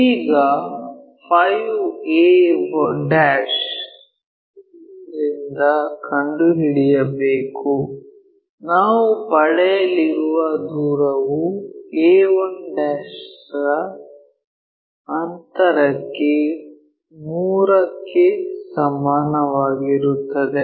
ಈಗ 5a ರಿಂದ ಕಂಡುಹಿಡಿಯಬೇಕು ನಾವು ಪಡೆಯಲಿರುವ ದೂರವು a1 ರ ಅಂತರಕ್ಕೆ 3 ಕ್ಕೆ ಸಮಾನವಾಗಿರುತ್ತದೆ